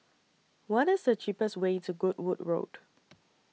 What IS The cheapest Way to Goodwood Road